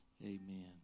Amen